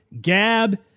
Gab